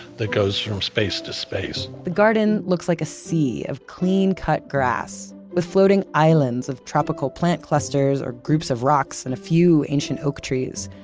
that goes from space to space. the garden looks like a sea of clean-cut grass, with floating islands of tropical plant clusters, or groups of rocks, and a few ancient oak trees.